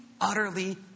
Utterly